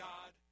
God